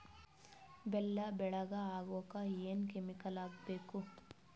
ಬೆಲ್ಲ ಬೆಳಗ ಆಗೋಕ ಏನ್ ಕೆಮಿಕಲ್ ಹಾಕ್ಬೇಕು?